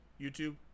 YouTube